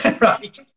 Right